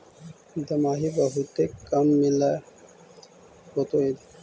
दमाहि बहुते काम मिल होतो इधर?